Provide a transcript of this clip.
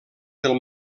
del